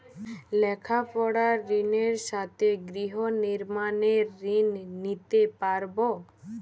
লেখাপড়ার ঋণের সাথে গৃহ নির্মাণের ঋণ নিতে পারব?